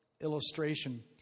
illustration